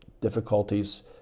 difficulties